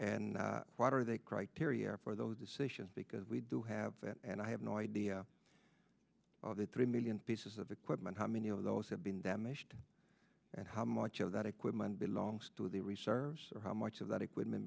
what are they criteria for those decisions because we do have and i have no idea the three million pieces of equipment how many of those have been damaged and how much of that equipment belongs to the research or how much of that equipment